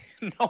No